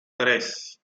tres